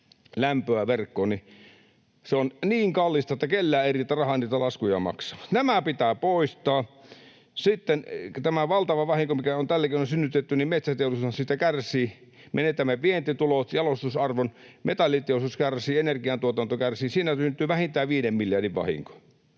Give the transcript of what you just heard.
lämpöä verkkoon, niin se on niin kallista, että kellään ei riitä rahaa niitä laskuja maksaa. Nämä pitää poistaa. Sitten tästä valtavasta vahingosta, mikä täälläkin on synnytetty, metsäteollisuus kärsii. Menetämme vientitulot, jalostusarvon, metalliteollisuus kärsii, energiantuotanto kärsii. Siinä syntyy vähintään viiden miljardin vahinko,